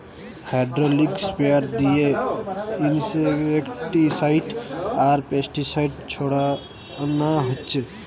hydraulic sprayer দিয়ে insecticide আর pesticide ছোড়ানা হচ্ছে